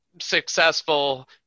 successful